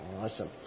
Awesome